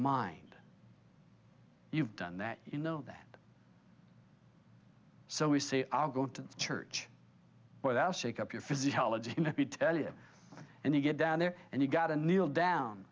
mind you've done that you know that so we say i'll go to church with i shake up your physiology let me tell you and you get down there and you've got a needle down